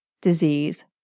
disease